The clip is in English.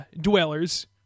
dwellers